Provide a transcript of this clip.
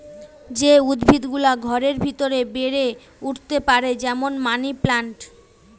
যে উদ্ভিদ গুলা ঘরের ভিতরে বেড়ে উঠতে পারে যেমন মানি প্লান্ট